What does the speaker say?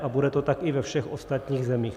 A bude to tak i ve všech ostatních zemích.